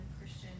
Christian